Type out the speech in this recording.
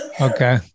Okay